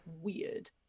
weird